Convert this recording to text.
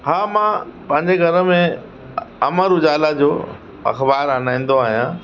हा मां पंहिंजे घर में अमर उजाला जो अख़बारु हणाईंदो आहियां